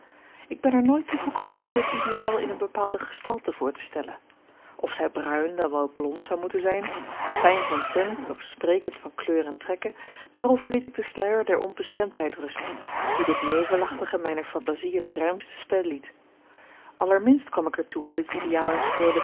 ik ben er nooit toe gekomen mij dit ideaal in eene bepaalde gestalte voor te stellen of zij bruin dan wel blond zou moeten zijn fijn van tint of sprekend van kleur en trekken daarover liet ik den sluier der onbestemdheid rusten die dit nevelachtige mijner fantasie het ruimste spel liet allerminst kwam ik er toe om dit ideaal in freule